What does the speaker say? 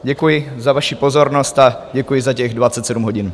Děkuji za vaši pozornost a děkuji za těch dvacet sedm hodin.